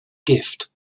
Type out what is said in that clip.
gift